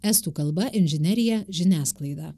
estų kalba inžinerija žiniasklaida